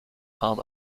part